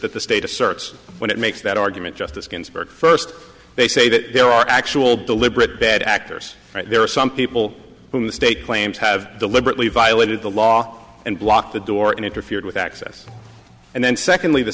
that the state asserts when it makes that argument justice ginsburg first they say that there are actual deliberate bad actors there are some people who the state claims have deliberately violated the law and blocked the door and interfered with access and then secondly the